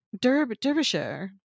Derbyshire